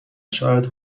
شاید